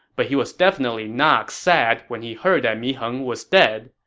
but he was definitely not sad when he heard that mi heng was dead.